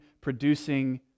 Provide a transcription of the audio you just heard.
producing